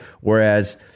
Whereas